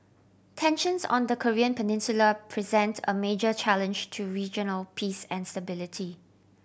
tensions on the Korean Peninsula present a major challenge to regional peace and stability